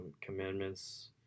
commandments